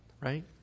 right